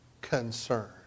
concern